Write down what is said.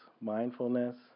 mindfulness